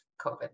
COVID